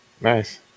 Nice